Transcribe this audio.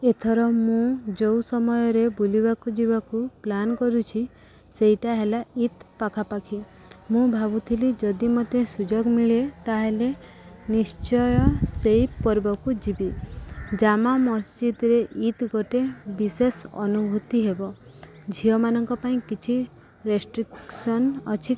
ଏଥର ମୁଁ ଯେଉଁ ସମୟରେ ବୁଲିବାକୁ ଯିବାକୁ ପ୍ଲାନ୍ କରୁଛି ସେଇଟା ହେଲା ଇଦ୍ ପାଖାପାଖି ମୁଁ ଭାବୁଥିଲି ଯଦି ମୋତେ ସୁଯୋଗ ମିଳେ ତା'ହେଲେ ନିଶ୍ଚୟ ସେହି ପର୍ବକୁ ଯିବି ଜାମା ମସ୍ଜିଦ୍ରେ ଇଦ୍ ଗୋଟେ ବିଶେଷ ଅନୁଭୂତି ହେବ ଝିଅମାନଙ୍କ ପାଇଁ କିଛି ରେଷ୍ଟ୍ରିକ୍ସନ୍ ଅଛି